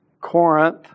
Corinth